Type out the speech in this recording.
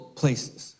places